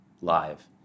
live